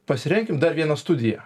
pasirenkim dar vieną studiją